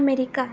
America